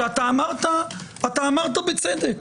שאמרת בצדק